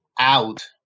out